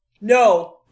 no